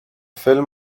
film